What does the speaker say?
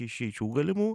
išeičių galimų